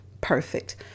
perfect